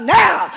now